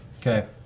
Okay